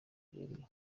byeruye